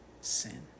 sin